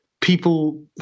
People